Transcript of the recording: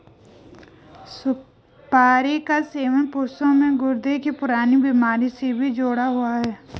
सुपारी का सेवन पुरुषों में गुर्दे की पुरानी बीमारी से भी जुड़ा हुआ है